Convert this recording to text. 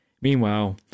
Meanwhile